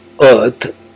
earth